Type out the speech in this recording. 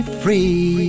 free